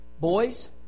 Boys